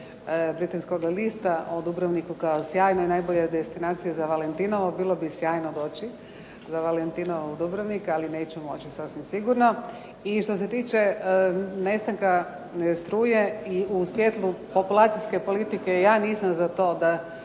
britanskoga lista o Dubrovniku kao sjajnoj i najboljoj destinaciji za Valentinovo. Bilo bi sjajno doći za Valentinovo u Dubrovnik, ali neću moći sasvim sigurno. I što se tiče nestanka struje i u svijetlu populacijske politike ja nisam za to da